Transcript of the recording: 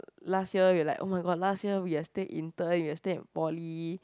last year we were like oh-my-god last year we are still intern we are still in poly